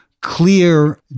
clear